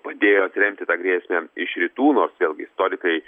padėjo atremti tą grėsmę iš rytų nors vėlgi istorikai